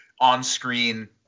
on-screen